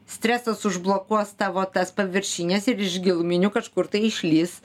stresas užblokuos tavo tas paviršines ir iš giluminių kažkur tai išlįs